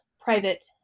private